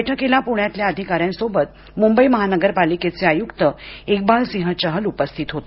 बैठकीला पुण्यातल्या अधिकाऱ्यांसोबत मुंबई महानगरपालिकेचे आयुक्त इकबाल सिंह चहल ही उपस्थित होते